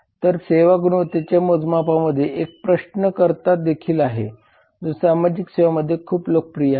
तर सेवा गुणवत्तेच्या मोजमापामध्ये एक प्रश्नकर्ता देखील आहे जो सामाजिक सेवांमध्ये खूप लोकप्रिय आहे